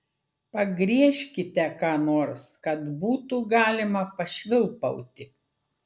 pagriežkite ką nors kad būtų galima pašvilpauti